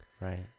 Right